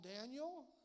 Daniel